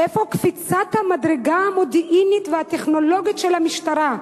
איפה "קפיצת המדרגה המודיעינית והטכנולוגית של המשטרה"?